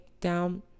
down